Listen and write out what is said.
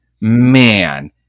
Man